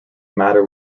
matter